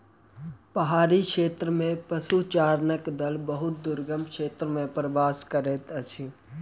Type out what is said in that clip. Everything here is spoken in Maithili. पहाड़ी क्षेत्र में पशुचारणक दल बहुत दुर्गम क्षेत्र में प्रवास करैत अछि